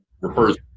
refers